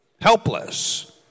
helpless